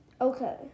Okay